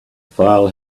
file